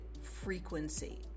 frequency